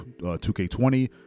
2K20